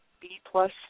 B-plus